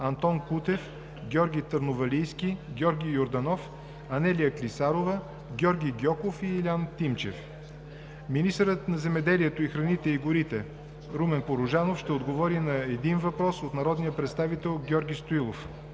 Антон Кутев, Георги Търновалийски, Георги Йорданов, Анелия Клисарова, Илиан Тимчев; - министърът на земеделието, храните и горите Румен Порожанов ще отговори на един въпрос от народния представител Георги Стоилов;